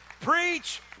Preach